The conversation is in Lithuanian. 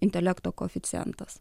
intelekto koeficientas